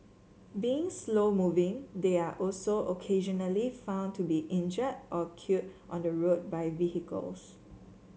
being slow moving they are also occasionally found to be injured or killed on the road by vehicles